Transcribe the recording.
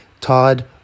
Todd